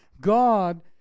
God